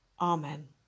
Amen